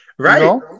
Right